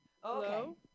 Hello